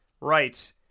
right